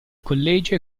collegio